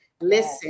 listen